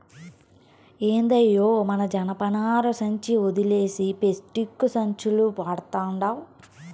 ఏందయ్యో మన జనపనార సంచి ఒదిలేసి పేస్టిక్కు సంచులు వడతండావ్